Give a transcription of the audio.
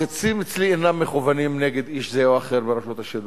החצים אצלי אינם מכוונים נגד איש זה או אחר ברשות השידור.